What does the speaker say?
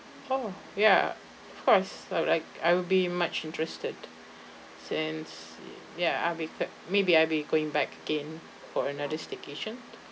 oh ya of course I would like I will be much interested since ya I'll be maybe I'll be going back again for another staycation